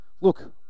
look